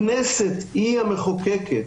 הכנסת היא המחוקקת,